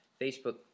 Facebook